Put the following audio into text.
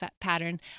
pattern